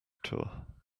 tour